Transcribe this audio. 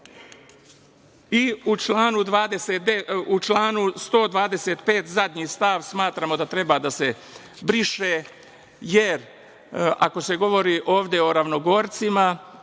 članu 125. zadnji stav, smatramo da treba da se briše, jer ako se govori ovde o ravnogorcima,